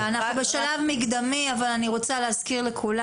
אנחנו בשלב מקדמי אבל אני רוצה להזכיר לכולם,